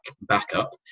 backup